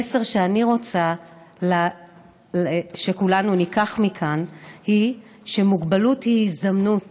המסר שאני רוצה שכולנו ניקח מכאן הוא שמוגבלות היא הזדמנות,